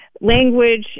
language